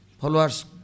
Followers